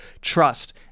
trust